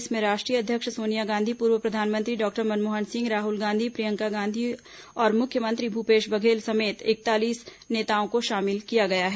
इसमें राष्ट्रीय अध्यक्ष सोनिया गांधी पूर्व प्रधानमंत्री डॉक्टर मनमोहन सिंह राहुल गांधी प्रियंका गांधी और मुख्यमंत्री भूपेश बघेल समेत इकतालीस नेताओं को शामिल किया गया है